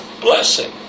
blessing